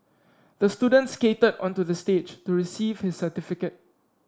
the student skated onto the stage to receive his certificate